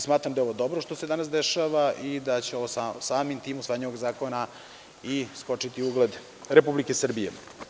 Smatram da je ovo dobro što se danas dešava i da će samim tim usvajanjem ovog zakona i skočiti ugled Republike Srbije.